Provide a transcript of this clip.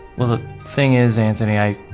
well, the thing is, anthony, i